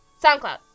SoundCloud